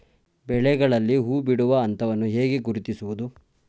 ಬೆಳೆಗಳಲ್ಲಿ ಹೂಬಿಡುವ ಹಂತವನ್ನು ಹೇಗೆ ಗುರುತಿಸುವುದು?